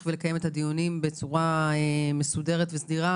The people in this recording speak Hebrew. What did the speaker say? ולקיים את הדיונים בצורה מסודרת וסדירה,